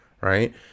Right